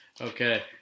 Okay